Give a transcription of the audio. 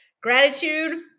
Gratitude